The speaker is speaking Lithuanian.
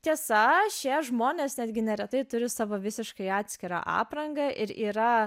tiesa šie žmonės netgi neretai turi savo visiškai atskirą aprangą ir yra